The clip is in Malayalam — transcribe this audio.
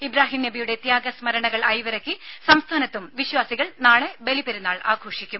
ഇബ്റാംഹീം നബിയുടെ ത്യാഗസ്മരണകൾ അയവിറക്കി സംസ്ഥാനത്തും വിശ്വാസികൾ നാളെ ബലിപെരുന്നാൾ ആഘോഷിക്കും